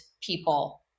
people